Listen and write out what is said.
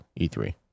E3